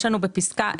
יש לנו בפסקה 1,